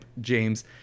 james